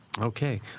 Okay